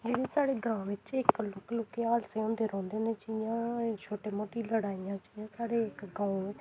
मतलब कि साढ़े ग्रां बिच्च इक लौह्के लौह्के हादसे होंदे रौंह्दे न जि'यां छोटी मोटी लड़ाइयां जि'यां साढ़े इक गांव